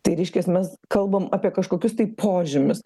tai reiškias mes kalbam apie kažkokius tai požymius